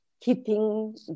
keeping